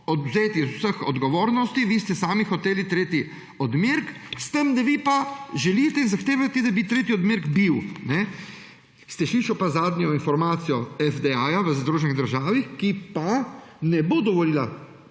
odvzeti vseh odgovornosti, vi ste sami hoteli tretji odmerek«. S tem da vi želite in zahtevate, da bi tretji odmerek bil. Ste slišali pa zadnjo informacijo FDA v Združenih državah, kjer pa še ne bodo dovolili